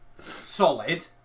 Solid